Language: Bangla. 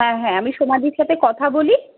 হ্যাঁ হ্যাঁ আমি সোমাদির সাথে কথা বলি